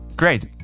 Great